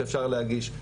שאפשר להגיש,